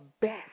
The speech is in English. best